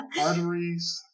arteries